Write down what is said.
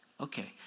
Okay